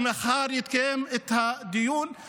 מחר יתקיים הדיון,